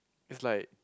is like